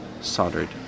soldered